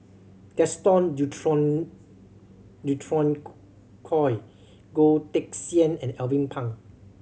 Gaston Dutronquoy Goh Teck Sian and Alvin Pang